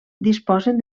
disposen